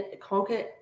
conquer